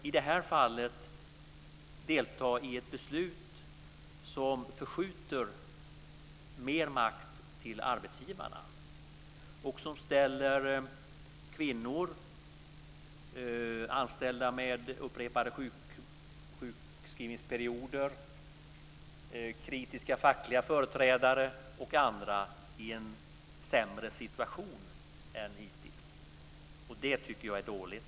I det här fallet deltar man i ett beslut som förskjuter mer makt till arbetsgivarna och som ställer kvinnor, anställda med upprepade sjukskrivningsperioder, kritiska fackliga företrädare och andra i en sämre situation än hittills. Det tycker jag är dåligt,